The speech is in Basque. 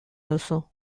duzu